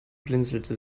blinzelte